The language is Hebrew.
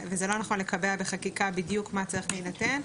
וזה לא נכון לקבע בחקיקה בדיוק מה צריך להינתן.